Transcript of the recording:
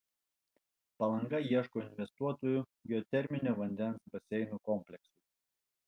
palanga ieškos investuotojų geoterminio vandens baseinų kompleksui